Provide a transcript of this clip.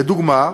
לדוגמה,